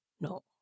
no